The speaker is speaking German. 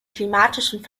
klimatischen